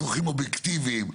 צרכים אובייקטיבים,